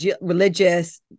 religious